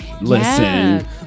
listen